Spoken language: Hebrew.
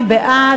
מי בעד?